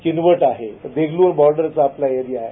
किनवट आहे देगलूर बॉर्डरचा एरिया आहे